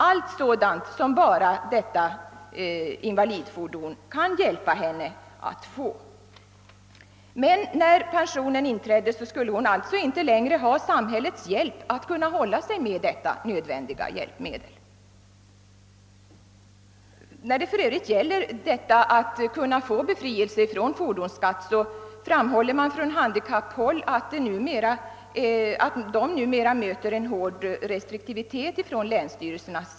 Allt detta är sådant som bara invalidbilen kan hjälpa henne att få. Men när pensionsåldern inträdde skulle kvinnan alltså inte längre ha samhällets hjälp för att kunna hålla sig med detta nödvändiga transportmedel. När det gäller frågan om befrielse från fordonsskatt framhålles för övrigt från handikapphåll, att man numera möter hård restriktivitet från länsstyrelserna.